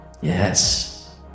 Yes